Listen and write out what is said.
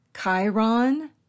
Chiron